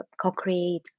co-create